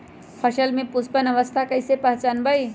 फसल में पुष्पन अवस्था कईसे पहचान बई?